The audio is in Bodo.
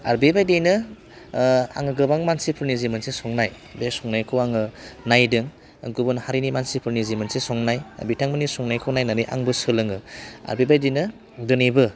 आरो बे बायदियै आङो गोबां मानसिफोरनि जि मोनसे संनाय बे संनायखौ आङो नायदों आरो गुबुन हारिफोरनि जि मोनसे संनाय बिथांमोननि संनायखौ नायनानै आंबो सोलोङो आरो बे बायदियैनो दिनैबो